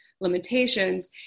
limitations